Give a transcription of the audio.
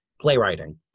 playwriting